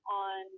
on